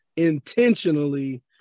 intentionally